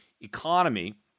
economy